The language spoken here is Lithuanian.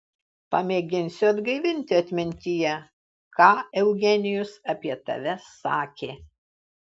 pamėginsiu atgaivinti atmintyje ką eugenijus apie tave sakė